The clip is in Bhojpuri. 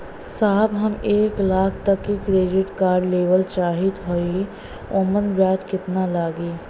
साहब हम एक लाख तक क क्रेडिट कार्ड लेवल सोचत हई ओमन ब्याज कितना लागि?